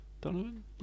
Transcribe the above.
Donovan